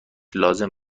لازم